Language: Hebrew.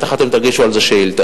אתם בטח תגישו על זה הצעת אי-אמון,